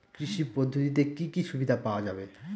কৃষি পদ্ধতিতে কি কি সুবিধা পাওয়া যাবে?